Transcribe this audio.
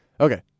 Okay